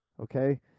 okay